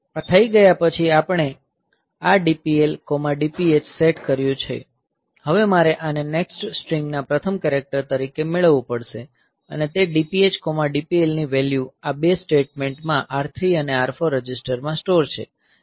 આ થઈ ગયા પછી આપણે આ DPL DPH સેટ કર્યું છે હવે મારે આને નેક્સ્ટ સ્ટ્રિંગ ના પ્રથમ કેરેક્ટર તરીકે મેળવવું પડશે અને તે DPH DPL ની વેલ્યુ આ 2 સ્ટેટમેન્ટમાં R3 અને R4 રજિસ્ટરમાં સ્ટોર છે